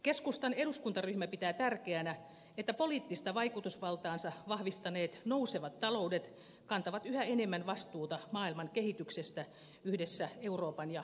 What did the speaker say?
keskustan eduskuntaryhmä pitää tärkeänä että poliittista vaikutusvaltaansa vahvistaneet nousevat taloudet kantavat yhä enemmän vastuuta maailman kehityksestä yhdessä euroopan ja yhdysvaltojen kanssa